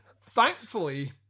Thankfully